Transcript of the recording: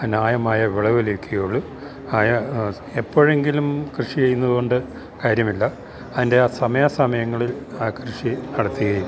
ന്യായമായ വിളവ് ലഭിക്കുകയുള്ളു എപ്പോഴെങ്കിലും കൃഷി ചെയ്യുന്നതുകൊണ്ടു കാര്യമില്ല അതിൻ്റെ ആ സമയാസമയങ്ങളിൽ ആ കൃഷി നടത്തുകയും